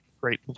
great